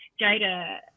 Jada